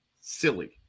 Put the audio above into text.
silly